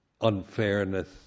unfairness